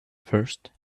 first